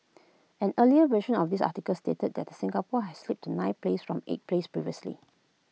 an earlier version of this article stated that Singapore had slipped to ninth place from eighth place previously